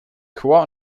chor